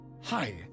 Hi